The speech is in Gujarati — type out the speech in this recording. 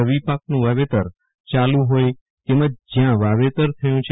રવિપાકનું વાવેતર ચાલુ ફોઈ તેમજ જ્યાં વાવેતર થયું છે